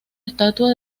estatua